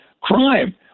crime